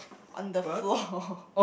on the floor